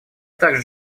также